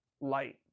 light